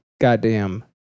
goddamn